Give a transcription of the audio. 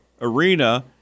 Arena